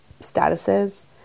statuses